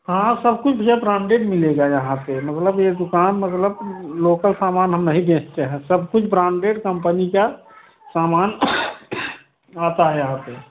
हाँ हाँ सब कुछ भैया ब्रांडेड मिलेगा यहाँ पर मतलब यह दुकान मतलब लोकल सामान हम नहीं बेचते हैं सब कुछ ब्रांडेड कम्पनी का सामान आता है यहाँ पर